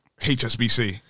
HSBC